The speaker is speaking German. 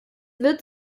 wird